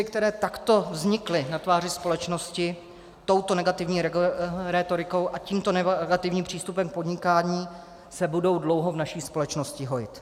Jizvy, které takto vznikly na tváři společnosti touto negativní rétorikou a tímto negativním přístupem k podnikání, se budou dlouho v naší společnosti hojit.